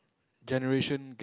generation gap